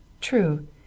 True